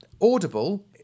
Audible